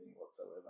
whatsoever